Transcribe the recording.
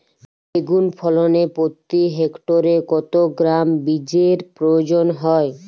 বেগুন ফলনে প্রতি হেক্টরে কত গ্রাম বীজের প্রয়োজন হয়?